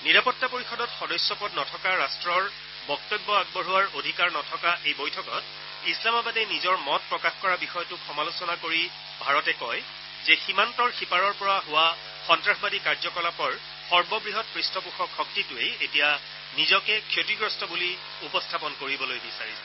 নিৰাপত্তা পৰিষদত সদস্য পদ নথকা ৰট্টৰ বক্তব্য আগবঢ়োৱাৰ অধিকাৰ নথকা এই বৈঠকত ইছলামাবাদে নিজৰ মত প্ৰকাশ কৰা বিষয়টোক সমালোচনা কৰি ভাৰতে কয় যে সীমান্তৰ সিপাৰৰ পৰা হোৱা সন্তাসবাদী কাৰ্যকলাপৰ সৰ্ববৃহৎ পৃষ্ঠপোষক শক্তিটোৱেই এতিয়া নিজকে ক্ষতিগ্ৰস্ত বুলি উপস্থাপন কৰিব বিচাৰিছে